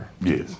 Yes